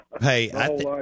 Hey